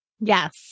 Yes